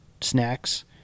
snacks